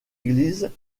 églises